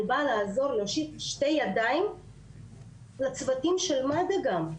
אני באה לעזור להושיט שתי ידיים לצוותים של מד"א גם,